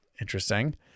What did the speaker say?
Interesting